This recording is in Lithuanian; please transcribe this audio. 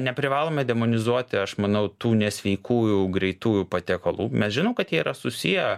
neprivalome demonizuoti aš manau tų nesveikųjų greitųjų patiekalų mes žinom kad jie yra susiję